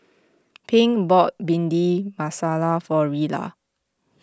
Pink bought Bhindi Masala for Rella